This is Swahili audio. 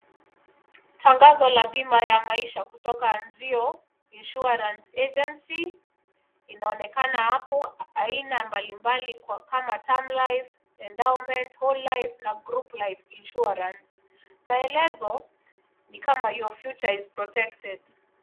Tangazo la bima ya maisha kutoka ANZIO INSURANCE AGENCY, inmaonekana hapo, aina mbalimbalikama, Term Life, Endowment Policy, Whole Lif na Group Life Insurance. Maelezo ni kama Your Future is Protected.